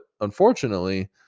unfortunately